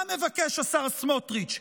מה מבקש השר סמוטריץ',